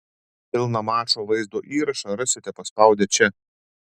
pilną mačo vaizdo įrašą rasite paspaudę čia